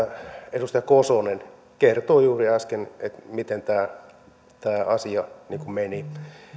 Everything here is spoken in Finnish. edustaja kosonen kertoi juuri äsken miten tämä asia meni